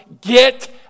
Get